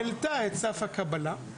העלתה את סף הקבלה,